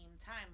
time